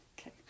okay